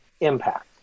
impact